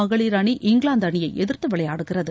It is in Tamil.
மகளிர் அணி இங்கிலாந்து அணியை எதிர்த்து விளையாடுகிறது